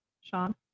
Sean